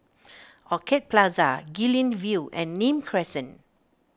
Orchid Plaza Guilin View and Nim Crescent